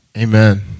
Amen